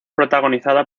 protagonizada